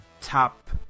top